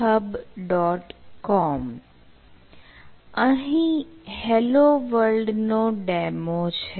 com અહીં "hello world" નો demo છે